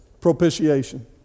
propitiation